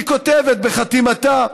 היא כותבת, בחתימתה: